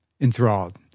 enthralled